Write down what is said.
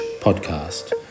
podcast